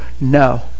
No